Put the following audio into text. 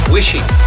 Wishing